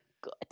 good